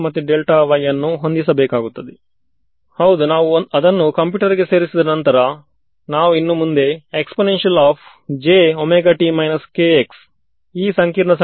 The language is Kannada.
ವಿದ್ಯಾರ್ಥಿಆದರೆ ನೀವು ಹೇಳಿದ್ದು ನ್ಯುಮರಿಕಲ್ ಅಂತ ನನ್ನ ಅರ್ಥದಲ್ಲಿ ನ್ಯುಮರಿಕಲ್ ಕರ್ಲ್ ಇಲ್ಲಿ ವು s ಹಾಗು s ನ್ನು ಹೊಂದಿದೆ ಹಾಗು ವು x ಹಾಗು y ನ್ನು ಒಳಗೊಂಡಿದೆ ವಿದ್ಯಾರ್ಥಿಹೌದು ಸರಿ ನಾನು ಈಗ ಅದಕ್ಕೆ ಒಂದು ಎಕ್ಸ್ಪ್ರೆಷನ್ ಅನ್ನು ತರುವ ಪ್ರಯತ್ನ ಮಾಡುತ್ತೇನೆ